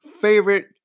favorite